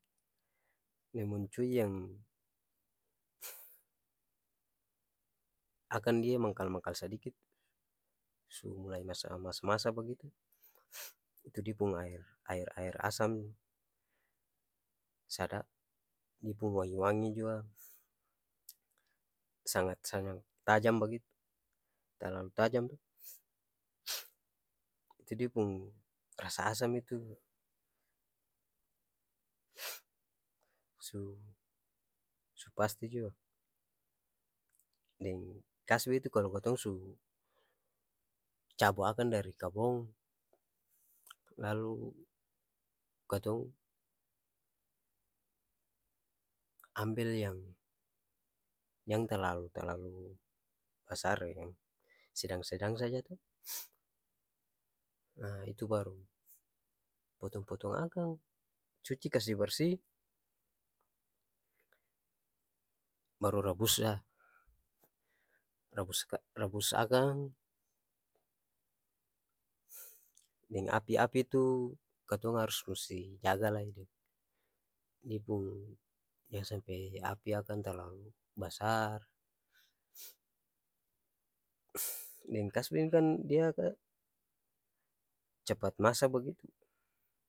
Lemon cui yang akang dia mangkal-mangkal sadiki tu su mulai masa masa-masa bagitu itu diapung aer aer-aer asam saadap dia pung wangi-wangi jua sangat-sangat tajam bagitu talalu tajam to itu dia pung rasa asam itu su su pasti jua deng kasbi tu kalo katong su cabu akang dari kabong lalu katong ambel yang jang talalu-talalu basar yang sedang-sedang saja tu itu baru potong-potong akang cuci kasi barsi baru rabus la rabus rabus-akang deng api-api tu katong musti jaga lai deng dia pung jang sampe api akang talalu basar deng kasbi ni kan dia kan capat masa bagitu.